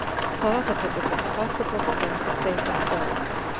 saw that it was impossible for them to save themselves,